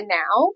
now